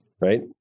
right